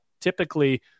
typically